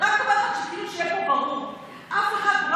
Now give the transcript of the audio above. אני אומרת רק כדי שיהיה פה ברור: אף אחד,